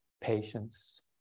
patience